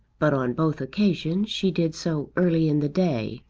but on both occasions she did so early in the day,